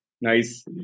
Nice